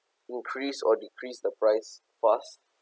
increase or decrease the price fast